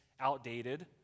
outdated